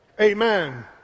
Amen